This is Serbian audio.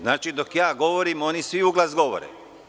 Znači, dok ja govorim, oni svi u glas govore.